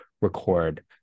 record